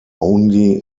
only